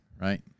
right